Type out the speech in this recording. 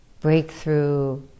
breakthrough